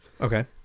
Okay